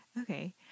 okay